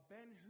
Ben